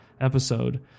episode